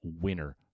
winner